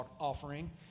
offering